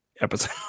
episode